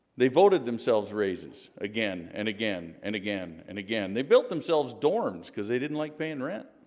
they voted themselves raises again and again and again and again they built themselves dorms because they didn't like paying rent